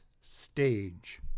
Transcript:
stage